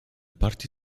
parti